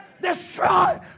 Destroy